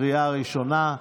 לקריאה ראשונה.